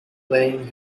playing